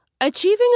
Achieving